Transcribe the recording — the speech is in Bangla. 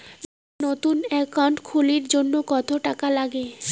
নতুন একাউন্ট খুলির জন্যে কত টাকা নাগে?